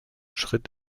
schritt